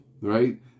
Right